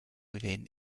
within